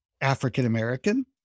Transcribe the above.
African-American